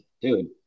dude